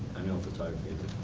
i know photography